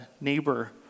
neighbor